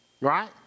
Right